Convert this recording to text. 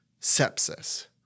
sepsis